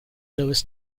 louis